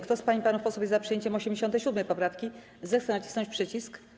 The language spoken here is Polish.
Kto z pań i panów posłów jest za przyjęciem 87. poprawki, zechce nacisnąć przycisk.